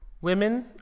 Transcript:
Women